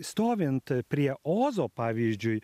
stovint prie ozo pavyzdžiui